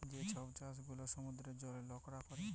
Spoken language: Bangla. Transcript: যে ছব চাষ গুলা সমুদ্রের জলে লকরা ক্যরে